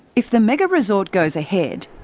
if the mega resort goes ahead,